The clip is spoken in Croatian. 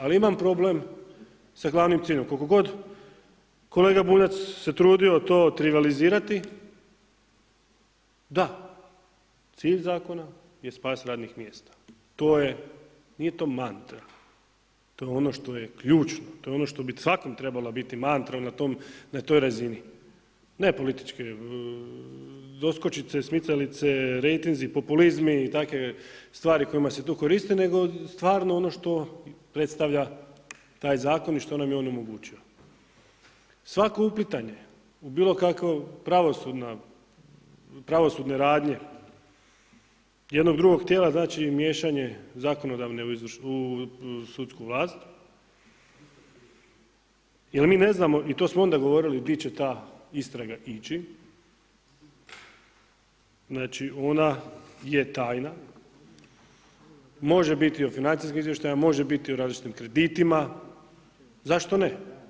Ali imam problem sa glavnim ciljem, koliko god kolega Bunjac se trudio to trivalizirati, da, cilj zakona je spas radnih mjesta, to je, nije to mantra, to je ono što je ključno, to je ono što bi svakom trebala biti mantra na toj razini, ne političke doskočice, smicalice, rejtinzi, populizmi i takve stvari kojima se tu koristi, nego stvarno ono što predstavlja taj zakon i što nam je on omogućio, svako uplitanje u bilo kakva pravosudna, pravosudne radnje jednog drugog tijela znači i miješanje zakonodavne u sudsku vlast jer mi ne znamo, i to smo onda govorili, di će ta istraga ići, znači ona je tajna, može biti o financijskim izvještajima, može biti o različitim kreditima, zašto ne?